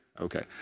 Okay